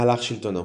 מהלך שלטונו